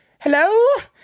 Hello